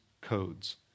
codes